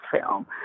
film